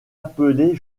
appelée